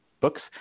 books